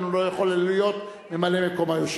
הוא רוצה שהחוק יעבור, וכך יהיה.